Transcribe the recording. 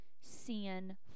sin